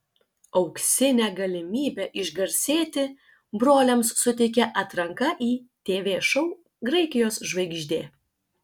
auksinę galimybę išgarsėti broliams suteikia atranka į tv šou graikijos žvaigždė